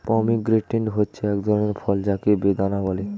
pomegranate হচ্ছে এক ধরনের ফল যাকে বেদানা বলে